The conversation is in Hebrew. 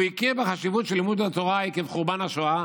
הוא הכיר בחשיבות של לימוד התורה עקב חורבן השואה,